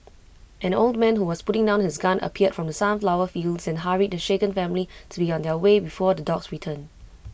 an old man who was putting down his gun appeared from the sunflower fields and hurried the shaken family to be on their way before the dogs return